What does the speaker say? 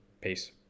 Peace